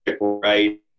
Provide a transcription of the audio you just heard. right